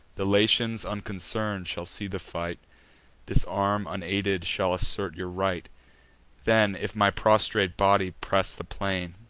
the latians unconcern'd shall see the fight this arm unaided shall assert your right then, if my prostrate body press the plain,